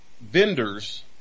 vendors